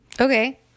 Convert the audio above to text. Okay